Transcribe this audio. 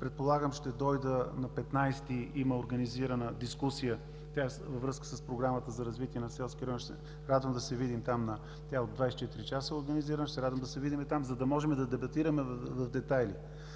Предполагам ще дойда на 15-и – има организирана дискусия във връзка с Програмата за развитие на селските райони, ще се радвам да се видим там. Тя е организирана от „24 часа“. Ще се радвам да се видим там, за да можем да дебатираме в детайли.